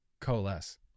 Coalesce